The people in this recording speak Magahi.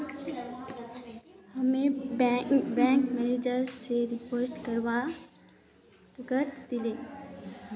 हामी बैंक मैनेजर स नेफ्ट करवा कहइ दिले